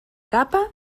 capa